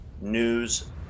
news